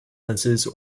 lenses